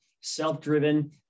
self-driven